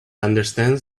understands